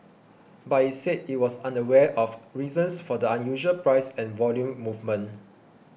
but it said it was unaware of reasons for the unusual price and volume movement